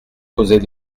posait